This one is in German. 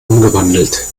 umgewandelt